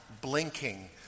blinking